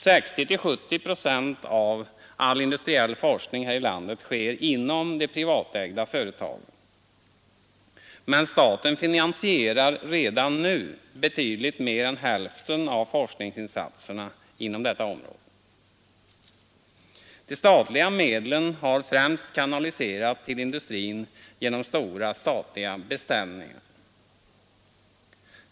60—70 procent av all industriell forskning här i landet sker inom de privatägda företagen, men staten finansierar redan nu betydligt mer än hälften av forskningsinsatserna inom detta område. De statliga medlen har främst kanaliserats till industrin genom stora statliga beställningar.